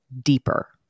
deeper